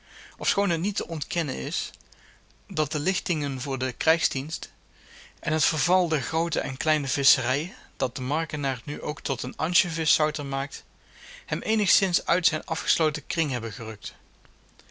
ofschoon het niet te ontkennen is dat de lichtingen voor den krijgsdienst en het verval der groote en kleine visscherijen dat den markenaar nu ook tot een ansjoviszouter maakt hem eenigszins uit zijn afgesloten kring hebben gerukt